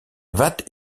wat